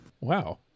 Wow